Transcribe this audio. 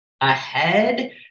ahead